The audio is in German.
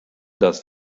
das